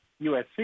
USC